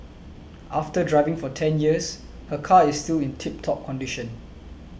after driving for ten years her car is still in tip top condition